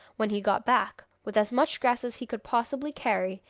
when he got back, with as much grass as he could possibly carry,